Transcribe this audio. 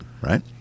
Right